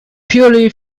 purely